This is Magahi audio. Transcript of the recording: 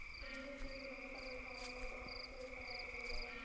भूमि के गुणवत्ता बढ़ावे ला बहुत से उपाय कैल जा हई